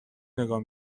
نگاه